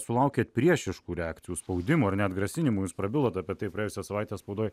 sulaukėt priešiškų reakcijų spaudimo ar net grasinimų jūs prabilot apie tai praėjusią savaitę spaudoj